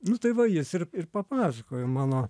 nu tai va jis ir papasakojo mano